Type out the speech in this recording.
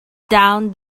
down